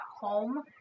home